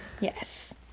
Yes